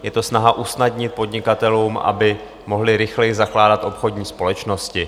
Je to snaha usnadnit podnikatelům, aby mohli rychleji zakládat obchodní společnosti.